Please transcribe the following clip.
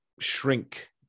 shrink